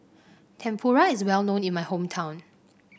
tempura is well known in my hometown